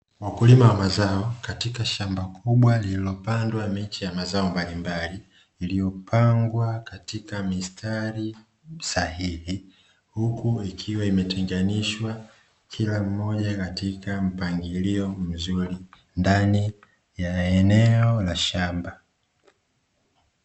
Wakulima wa mazao katika shamba kubwa lililopandwa miche ya mazao mbalimbali iliopangwa katika mistali sahihi huku ikiwa imetenganishwa kila moja katika mpangilio mzuri ndani ya eneo la shamba.